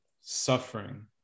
suffering